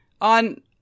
on